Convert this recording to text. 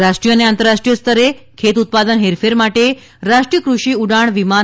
રાષ્ટ્રીય અને આંતરરાષ્ટ્રીય સ્તરે ખેત ઉત્પાદન હેરફેર માટે રાષ્ટ્રીય ક્રષિ ઉડાણ વિમાન